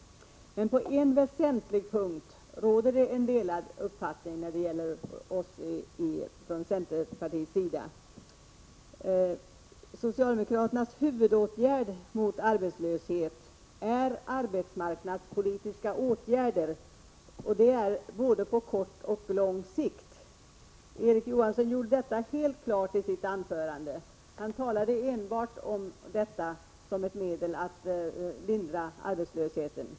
Men på en väsentlig punkt har vi från centerpartiets sida en annan uppfattning. Socialdemokraternas huvudåtgärd mot arbetslösheten är arbetsmarknadspolitiska åtgärder — både på kort och på lång sikt. Erik Johansson gjorde detta helt klart i sitt anförande. Han talade om enbart detta som ett medel att lindra arbetslösheten.